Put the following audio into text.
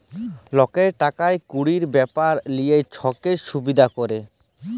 লকের টাকা কুড়ির ব্যাপার লিয়ে লক্কে সুবিধা ক্যরে